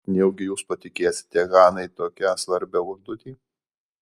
nejaugi jūs patikėsite hanai tokią svarbią užduotį